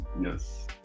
Yes